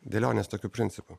dėlionės tokiu principu